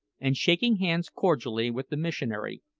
and shaking hands cordially with the missionary,